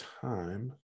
time